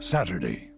Saturday